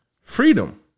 freedom